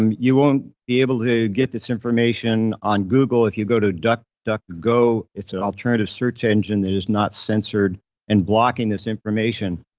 um you won't be able to get this information on google. if you go to duckduckgo. it's an alternative search engine that is not censored and blocking this information.